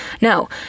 No